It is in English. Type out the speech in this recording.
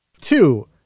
Two